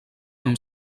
amb